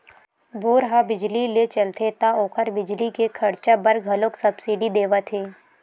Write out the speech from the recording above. bore ह बिजली ले चलथे त ओखर बिजली के खरचा बर घलोक सब्सिडी देवत हे